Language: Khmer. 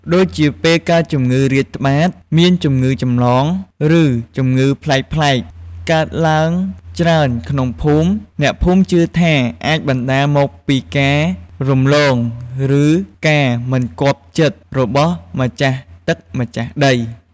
ដូចជាពេលកើតជម្ងឺរាតត្បាត មានជម្ងឺចម្លង ឬជម្ងឺប្លែកៗកើតឡើងច្រើនក្នុងភូមិ អ្នកភូមិជឿថាអាចបណ្តាលមកពីការរំលង ឬការមិនគាប់ចិត្តរបស់ម្ចាស់ទឹកម្ចាស់ដី។